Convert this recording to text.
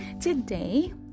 today